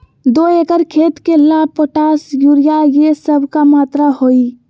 दो एकर खेत के ला पोटाश, यूरिया ये सब का मात्रा होई?